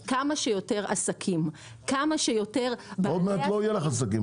פירושה שכמה שיותר עסקים --- עוד מעט לא יהיו לך עסקים,